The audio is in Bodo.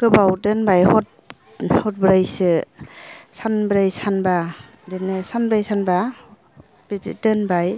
गोबाव दोनबाय हर हरब्रैसो सानब्रै सानबा बिदिनो सानब्रै सानबा बिदि दोनबाय